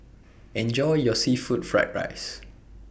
Enjoy your Seafood Fried Rice